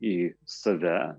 į save